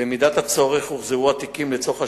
ובמידת הצורך הוחזרו התיקים לצורך השלמה,